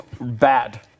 bad